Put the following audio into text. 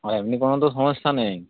হ্যাঁ এমনি কোনো তো সমস্যা নেই